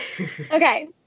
okay